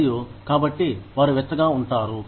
మరియు కాబట్టి వారు వెచ్చగా ఉంటారు